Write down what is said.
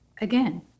again